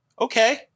okay